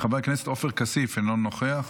חבר הכנסת עופר כסיף, אינו נוכח,